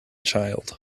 child